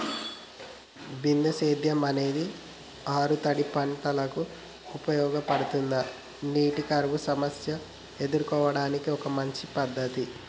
బిందు సేద్యం అనేది ఆరుతడి పంటలకు ఉపయోగపడుతుందా నీటి కరువు సమస్యను ఎదుర్కోవడానికి ఒక మంచి పద్ధతి?